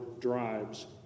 drives